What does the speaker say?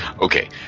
Okay